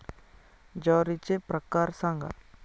ज्वारीचे प्रकार सांगा